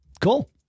Cool